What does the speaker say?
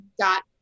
got